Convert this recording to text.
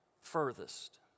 furthest